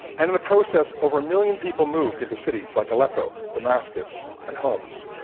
and in the process, over a million people moved into cities like aleppo, damascus and homs.